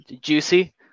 Juicy